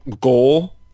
goal